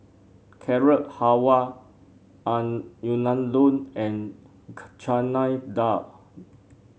Carrot Halwa Unadon and Chana Dal